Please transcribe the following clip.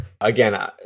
again